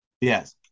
Yes